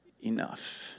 enough